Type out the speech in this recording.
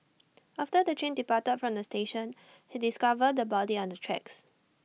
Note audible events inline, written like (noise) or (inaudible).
(noise) after the train departed from the station he discovered the body on the tracks